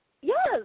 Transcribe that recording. Yes